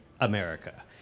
America